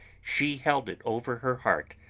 she held it over her heart,